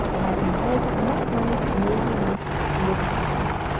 and i inherited enough money to enable me to live comfortably,